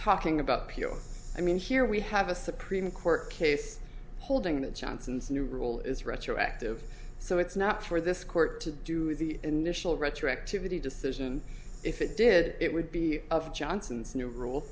talking about pure i mean here we have a supreme court case holding that johnson's new rule is retroactive so it's not for this court to do the initial retroactivity decision if it did it would be of johnson's new rule